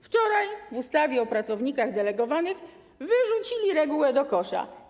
Wczoraj w ustawie o pracownikach delegowanych wyrzucili regułę do kosza.